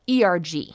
ERG